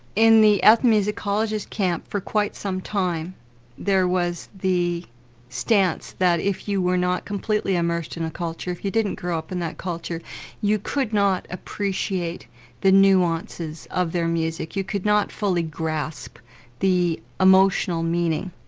in the ethno-musicologists camp for quite some time there was the stance that if you were not completely immersed in a culture, if you didn't grow up in that culture you could not appreciate the nuances of their music, you could not fully grasp the emotional meaning.